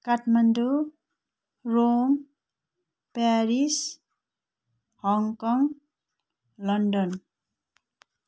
Kathmandu Rome Paris Hong Kong London